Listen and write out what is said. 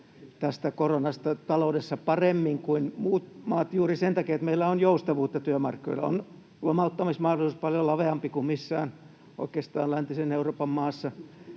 koronasta taloudessa paremmin kuin muut maat juuri sen takia, että meillä on joustavuutta työmarkkinoilla. Lomauttamismahdollisuus on paljon laveampi kuin oikeastaan missään läntisen Euroopan maassa.